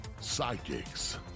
psychics